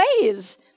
ways